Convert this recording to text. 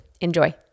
Enjoy